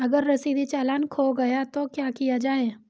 अगर रसीदी चालान खो गया तो क्या किया जाए?